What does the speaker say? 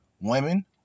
Women